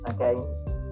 okay